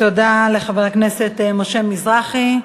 תודה לחבר הכנסת משה מזרחי.